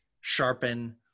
sharpen